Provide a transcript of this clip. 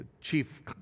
chief